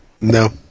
No